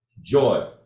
joy